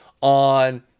on